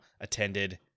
attended